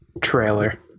trailer